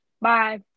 Bye